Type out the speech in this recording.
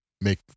make